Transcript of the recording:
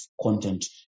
content